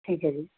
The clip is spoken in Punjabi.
ਠੀਕ ਹੈ ਜੀ